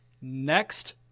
next